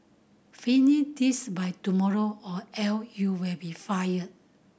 finish this by tomorrow or else you will be fired